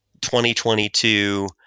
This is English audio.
2022